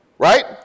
Right